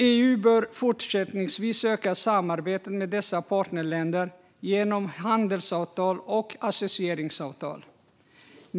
EU bör fortsättningsvis öka samarbetet med dessa partnerländer genom handelsavtal och associeringsavtal.